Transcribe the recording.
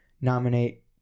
nominate